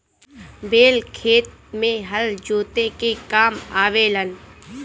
बैल खेत में हल जोते के काम आवे लनअ